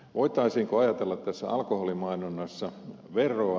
voitaisiinko ajatella tässä alkoholimainonnassa veroa